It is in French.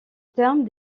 terme